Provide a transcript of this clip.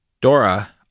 Dora